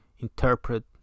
interpret